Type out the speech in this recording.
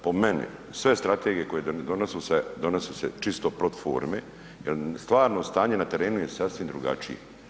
Po meni sve strategije se donose, donose se čisto protiv forme jer stvarno stanje na terenu je sasvim drugačije.